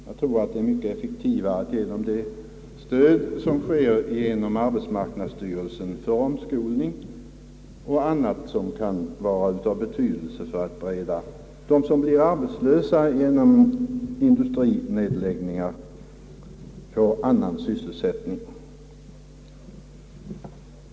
Jag anser att det är mycket effektivare att ge det stöd som utgår genom arbetsmarknadsstyrelsen till omskolning och annat som kan vara av betydelse för att bereda dem som blir arbetslösa på grund av industrinedläggningar annan sysselsättning.